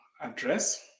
address